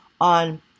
on